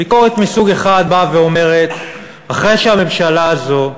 ביקורת מסוג אחד אומרת: אחרי שהממשלה הזו,